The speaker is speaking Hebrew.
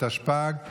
התשפ"ג 2023,